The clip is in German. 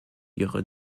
ihre